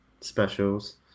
specials